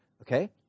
okay